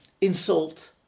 insult